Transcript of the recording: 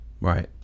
right